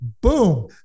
boom